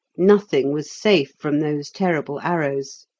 nothing was safe from those terrible arrows.